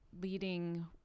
leading